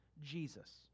Jesus